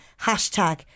Hashtag